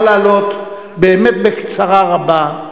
נא לעלות, באמת בקצרה רבה.